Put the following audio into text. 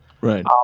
Right